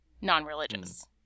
non-religious